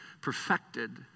perfected